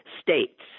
states